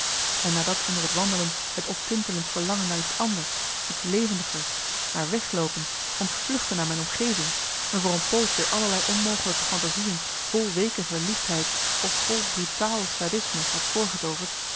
en nadat onder het wandelen het optintelend verlangen naar iets anders iets levendigers naar wegloopen ontvluchten aan mijn omgeving me voor een poos weer allerlei onmogelijke fantasieën vol weeke verliedfheid of vol brutaal sadisme had voorgetooverd